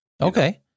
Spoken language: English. Okay